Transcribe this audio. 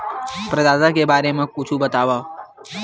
प्रदाता के बारे मा कुछु बतावव?